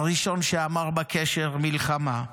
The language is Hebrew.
הראשון שאמר בקשר: מלחמה,